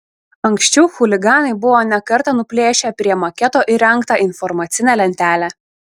anksčiau chuliganai buvo ne kartą nuplėšę prie maketo įrengtą informacinę lentelę